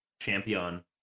champion